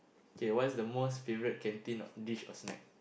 okay what's the most favourite canteen dish or snack